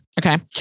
Okay